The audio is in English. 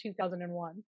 2001